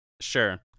sure